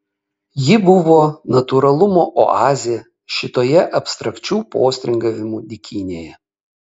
ji buvo natūralumo oazė šitoje abstrakčių postringavimų dykynėje